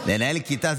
לנהל כיתה,